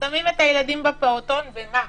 שמים את הילדים בפעוטון, ומה?